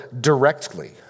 directly